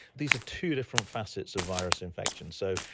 these are two different facets of virus infection. so,